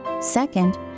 Second